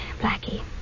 Blackie